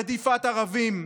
רדיפת ערבים.